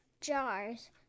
jars